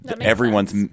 everyone's –